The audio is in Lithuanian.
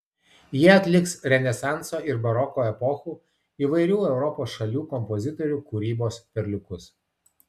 jie atliks renesanso ir baroko epochų įvairių europos šalių kompozitorių kūrybos perliukus